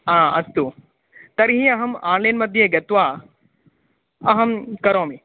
अ अस्तु तर्हि अहम् आन्लैन्मध्ये गत्वा अहं करोमि